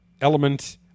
element